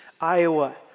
Iowa